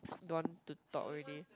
don't want to talk already